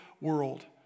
world